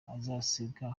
uzasiga